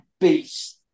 beast